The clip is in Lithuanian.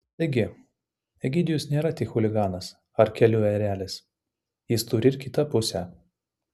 taigi egidijus nėra tik chuliganas ar kelių erelis jis turi ir kitą pusę